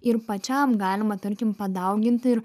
ir pačiam galima tarkim padauginti ir